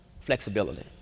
Flexibility